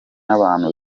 abantu